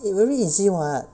it very easy [what]